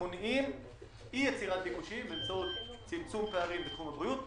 מונעים אי יצירת ביקושים באמצעות צמצום פערים בתחום הבריאות.